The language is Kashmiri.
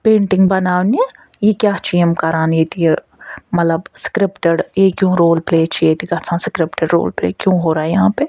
پینٹِنٛگ بناونہِ یہِ کیٛاہ چھِ یِم کران ییٚتہِ یہِ مطلب سِکرِپٹِڈ یہِ کیوں رول پٕلے چھِ ییٚتہِ گژھان سِکرِپٹِڈ رول پٕلے کیوں ہو رہا ہے یہاں پے